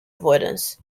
avoidance